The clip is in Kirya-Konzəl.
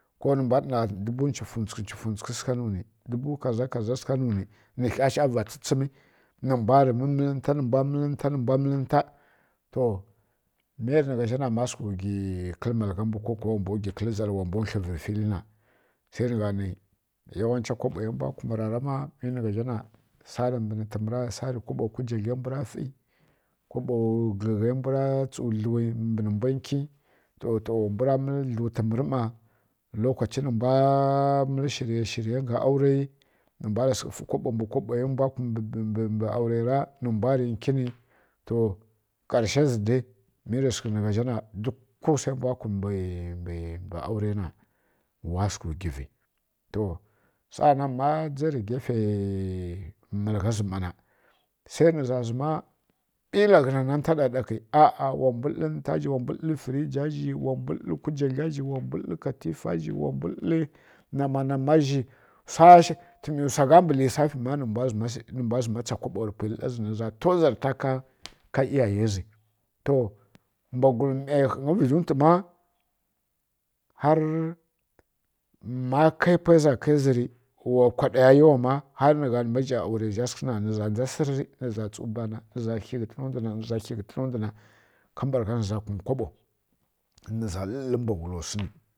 Ko nǝ mbwa ɗana dubu nwchufǝntsughǝ nwchufǝtsughi dubu kaza kaza sǝgha nu ni nǝ kha rǝ shava tsǝtsǝmi nǝ mbwa mǝl ninta nǝ mbwa mǝl ninta to mi nǝgha zha wa mbwa wgi tlǝna kǝl malghjǝ na sai nǝ gha ni yawancha kaɓowa rǝ mbwa kum rǝ pwara ma sarǝ mbǝ tǝmǝri ko kujaglai mbwura ˈfi kaɓo gǝglgha mbwura tsu ˈfi toto mbwu ra dlu tǝmǝri lokachi nǝ mbwa sǝghǝnˈfi kaɓo nǝ mbwa rǝ sǝghi nki ni to karshaiya zǝ dai ma kaɓowa rǝmbwa kumna wa wguvi saanan ma dzǝ rǝ ghaifaiya malgha mbwu nna sai nǝza zǝma ɓila ghǝna zi wa mbwǝ dlǝrǝ ninta wa mbwi dlǝrǝ fǝrija kazhi wa mbwi dlǝri kwujagla zhi wa mbwu dlǝr katifa ka zhi wa mbwu dlǝrǝ nama kazhi tǝmi wsa gha shi ma nǝ mbwa tsa kaɓo ri kha kawai sai tozarta ka iyayai ya zi to mbwa gwul ˈmai ya ɦǝngy har ma kai zǝ pwai za kai zǝ ri wa kwaɗaya yawa ma har nǝ gha sǝghǝ ni wambwa ndza sǝrri nza tsu bana nza tsu bana nza khi ghǝtǝna ndwuna nza khi ghǝtǝna ndwuna kambragha nza kum kaɓo nza dlǝ dlǝ mbwagul wsu ni